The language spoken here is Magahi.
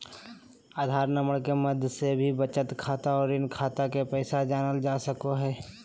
आधार नम्बर के माध्यम से भी बचत खाता या ऋण खाता के पैसा जानल जा सको हय